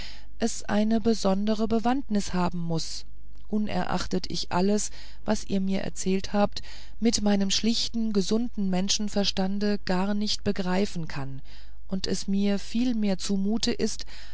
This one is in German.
es eine besondere bewandtnis haben muß unerachtet ich alles was ihr mir erzählt habt mit meinem schlichten gesunden menschenverstande gar nicht begreifen kann und es mir vielmehr zumute ist